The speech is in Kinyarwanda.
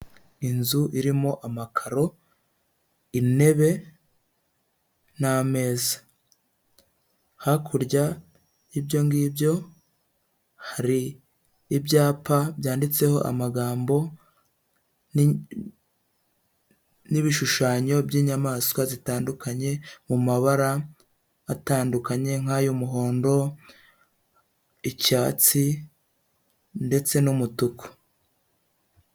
Inzu irimo amakaro, intebe n'ameza, hakurya y'ibyo ngibyo hari ibyapa byanditseho amagambo n'ibishushanyo by'inyamaswa zitandukanye mu mabara atandukanye nk'ayumuhondo, icyatsi ndetse n'umutuku.